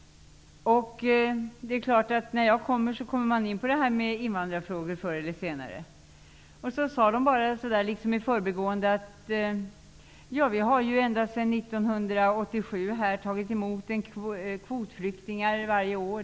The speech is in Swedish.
Det är klart att man kommer in på invandrarfrågor förr eller senare när jag kommer på besök. De jag pratade med sade ungefär så här i förbigående: Vi har ända sedan 1987 tagit emot kvotflyktingar varje år.